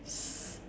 s~